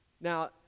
Now